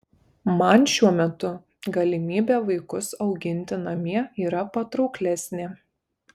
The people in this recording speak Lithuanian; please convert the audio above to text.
man šiuo metu galimybė vaikus auginti namie yra patrauklesnė